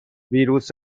ویروس